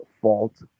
fault